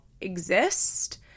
exist